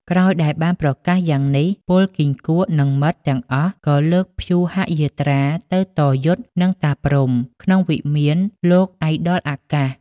ក្រោយដែលបានប្រកាសយ៉ាងនេះ ពលគីង្គក់និងមិត្ត ទាំងអស់ក៏លើកព្យូហយាត្រាទៅតយុទ្ធនិងតាព្រហ្ម ក្នុងវិមានលោកព្ធដ៏អាកាស។